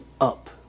up